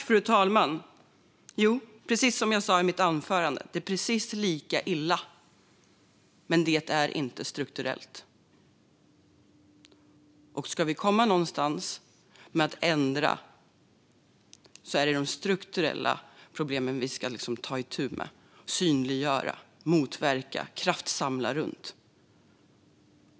Fru talman! Som jag sa i mitt anförande är det precis lika illa, men det är inte strukturellt. Ska vi komma någonstans med att förändra detta är det de strukturella problemen vi ska ta itu med, synliggöra, motverka och kraftsamla runt.